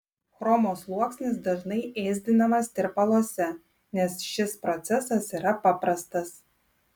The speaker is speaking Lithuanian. chromo sluoksnis dažnai ėsdinamas tirpaluose nes šis procesas yra paprastas